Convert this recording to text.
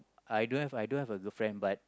I don't have I don't have a girlfriend but